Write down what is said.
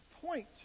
point